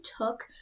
took